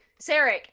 Sarek